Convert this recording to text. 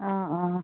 অ অ